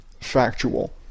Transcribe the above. factual